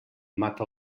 mata